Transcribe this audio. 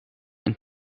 een